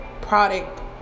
product